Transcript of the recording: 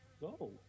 go